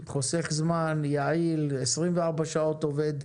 זה חוסך זמן, יעיל, עובד 24 שעות ביממה.